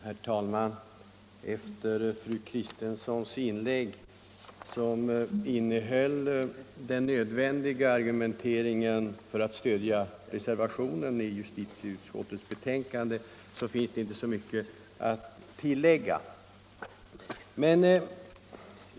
Herr talman! Efter fru Kristenssons inlägg, som innehöll den nödvändiga argumenteringen för att stödja reservationen i justitieutskottets förevarande betänkande, finns det inte så mycket att tillägga.